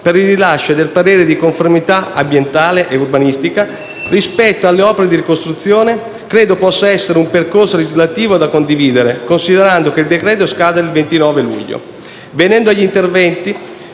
per il rilascio del parere di conformità ambientale e urbanistica rispetto alle opere di ricostruzione, credo possa essere un percorso legislativo da condividere, considerando che il decreto-legge scade il 29 luglio. Venendo agli interventi